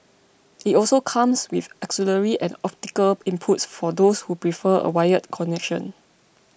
it also comes with auxiliary and optical inputs for those who prefer a wired connection